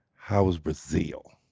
how was brazil?